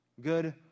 Good